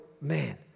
man